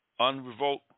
unrevoked